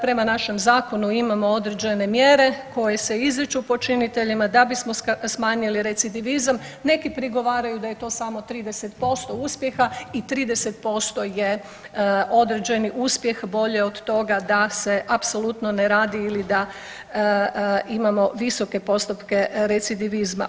Prema našem zakonu imamo određene mjere koje se izriču počiniteljima da bismo smanjili recidivizam, neki prigovaraju da je to samo 30% uspjeha i 30% je određeni uspjeh, bolje od toga da se apsolutno ne radi ili da imamo visoke postotke recidivizma.